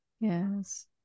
Yes